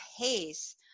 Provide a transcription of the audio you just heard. pace